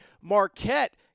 Marquette